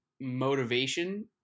motivation